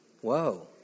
Whoa